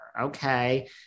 Okay